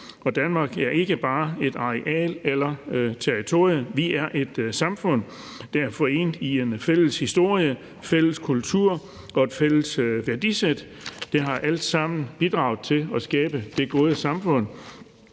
Danmark er ikke bare et areal eller et territorium; vi er et samfund, der er forenet i en fælles historie, en fælles kultur og et fælles værdisæt. Det har alt sammen bidraget til at skabe det gode samfund,